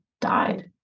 died